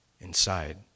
inside